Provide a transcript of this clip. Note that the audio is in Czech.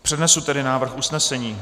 Přednesu tedy návrh usnesení.